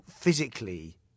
physically